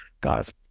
guys